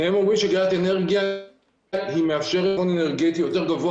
שניהם אומרים שאגירת אנרגיה מאפשרת חום אנרגטי יותר גבוה